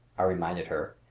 i reminded her,